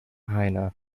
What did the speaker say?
heine